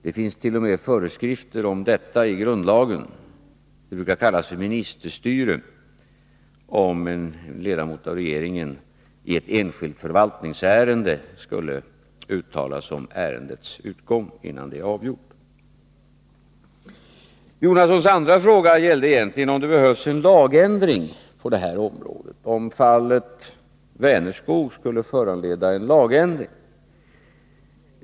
Det finns t.o.m. föreskrifter om detta i grundlagen — det brukar kallas för ministerstyre om en ledamot av regeringen i ett enskilt förvaltningsärende uttalar sig om ärendets utgång innan det är avgjort. Bertil Jonassons andra fråga var egentligen om fallet Vänerskog skulle föranleda en lagändring.